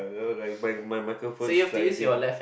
it was like my my my microphone sliding